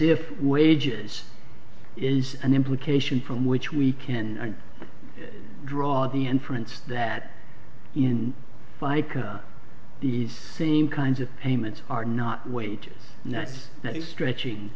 if wages is an implication from which we can draw the inference that in fica these same kinds of payments are not wages next that is stretching